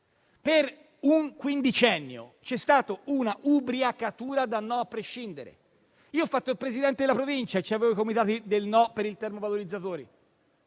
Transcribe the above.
Per un quindicennio c'è stata una ubriacatura da no a prescindere. Io ho fatto il Presidente della Provincia e avevo i comitati del no ai termovalorizzatori.